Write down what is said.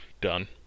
Done